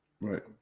right